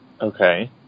Okay